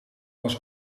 was